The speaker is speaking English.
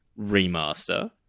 remaster